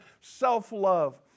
self-love